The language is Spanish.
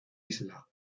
isla